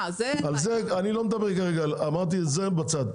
את זה אמרתי בצד.